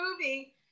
movie